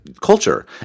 culture